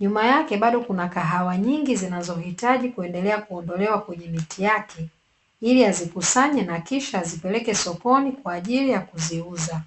nyuma yake bado Kuna kahawa nyingi zinazohitaji kuendelea kuondolewa kwenye miti yake ili azikusanye na kisha azipeleke sokoni kwaajili ya kuziuza.